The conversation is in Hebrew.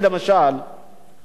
זו לא ציפייה בשמים,